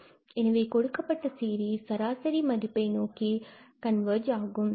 எனவே கொடுக்கப்பட்ட சீரிஸ் சராசரி மதிப்பெண் நோக்கி 𝜋2𝜋𝜋2−𝜋2𝜋2 கண்வர்ஜ் ஆகும்